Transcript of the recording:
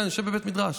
אני בדיוק